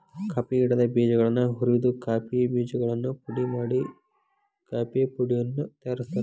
coffee ಗಿಡದ ಬೇಜಗಳನ್ನ ಹುರಿದ ಕಾಫಿ ಬೇಜಗಳನ್ನು ಪುಡಿ ಮಾಡಿ ಕಾಫೇಪುಡಿಯನ್ನು ತಯಾರ್ಸಾತಾರ